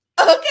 okay